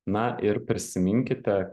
na ir prisiminkite